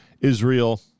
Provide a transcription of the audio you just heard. Israel